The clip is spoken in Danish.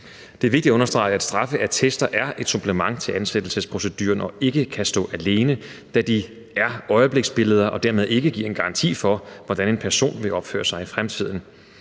Det er vigtigt at understrege, at straffeattester er et supplement til ansættelsesproceduren og ikke kan stå alene, da de er øjebliksbilleder og dermed ikke giver en garanti for, hvordan en person vil opføre sig i fremtiden.